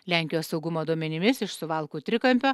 lenkijos saugumo duomenimis iš suvalkų trikampio